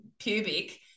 pubic